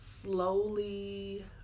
Slowly